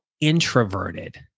introverted